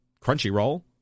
Crunchyroll